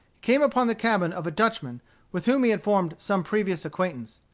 came upon the cabin of a dutchman with whom he had formed some previous acquaintance.